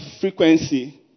frequency